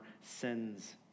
sins